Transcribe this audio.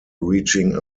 reaching